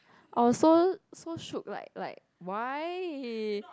orh so so like like why